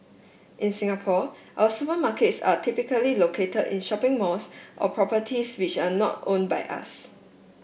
in Singapore our supermarkets are typically located in shopping malls or properties which are not owned by us